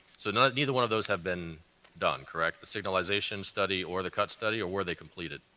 so neither neither one of those have been done, correct, the signalization study or the cut study or were they completed?